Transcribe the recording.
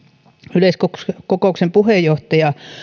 yleiskokouksen puheenjohtaja